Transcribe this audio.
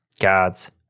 God's